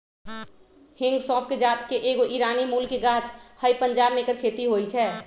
हिंग सौफ़ कें जात के एगो ईरानी मूल के गाछ हइ पंजाब में ऐकर खेती होई छै